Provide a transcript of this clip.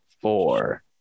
four